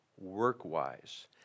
work-wise